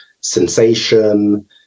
sensation